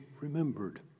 remembered